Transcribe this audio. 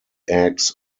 eggs